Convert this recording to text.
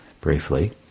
briefly